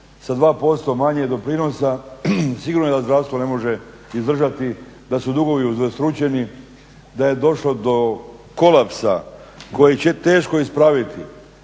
sa 2% manje doprinosa sigurno je da zdravstvo ne može izdržati, da su dugovi udvostručeni, da je došlo do kolapsa koji će teško ispraviti.